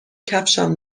کفشم